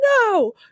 no